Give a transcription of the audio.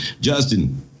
Justin